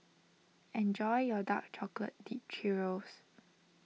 enjoy your Dark Chocolate Dipped Churro's